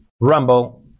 Rumble